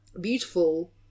beautiful